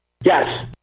Yes